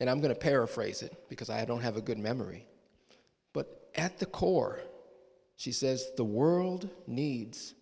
and i'm going to paraphrase it because i don't have a good memory but at the core she says the world needs